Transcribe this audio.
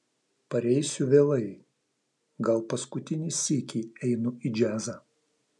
pareisiu vėlai gal paskutinį sykį einu į džiazą